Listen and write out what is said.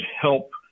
help